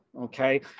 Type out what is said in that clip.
Okay